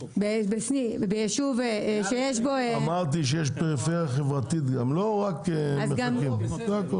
\ אמרתי שיש גם פריפריה חברתית ולא רק פריפריה גיאוגרפית.